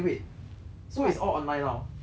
so it's all online no so you don't need to go to school